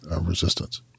Resistance